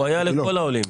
הוא היה לכל העולים.